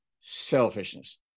selfishness